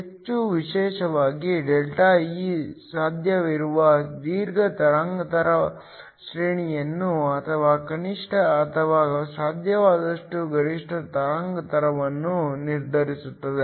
ಹೆಚ್ಚು ವಿಶೇಷವಾಗಿ ΔE ಸಾಧ್ಯವಿರುವ ದೀರ್ಘ ತರಂಗಾಂತರ ಶ್ರೇಣಿಯನ್ನು ಅಥವಾ ಕನಿಷ್ಠ ಅಥವಾ ಸಾಧ್ಯವಾದಷ್ಟು ಗರಿಷ್ಠ ತರಂಗಾಂತರವನ್ನು ನಿರ್ಧರಿಸುತ್ತದೆ